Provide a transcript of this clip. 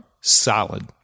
solid